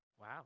wow